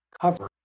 cover